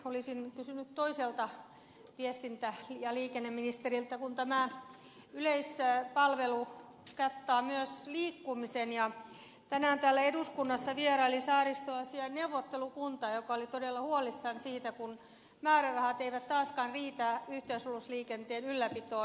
olisin kysynyt toiselta viestintä ja liikenneministeriltä kun tämä yleispalvelu kattaa myös liikkumisen ja tänään täällä eduskunnassa vieraili saaristoasiain neuvottelukunta joka oli todella huolissaan siitä kun määrärahat eivät taaskaan riitä yhteisalusliikenteen ylläpitoon